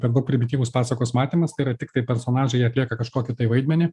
per daug primityvus pasakos matymas tai yra tiktai personažai atlieka kažkokį tai vaidmenį